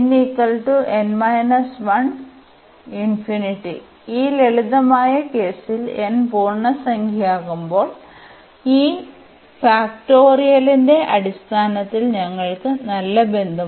ഈ ലളിതമായ കേസിൽ n പൂർണ്ണസംഖ്യയാകുമ്പോൾ ഈ ഫാക്റ്റോറിയലിന്റെ അടിസ്ഥാനത്തിൽ ഞങ്ങൾക്ക് നല്ല ബന്ധമുണ്ട്